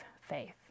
faith